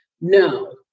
no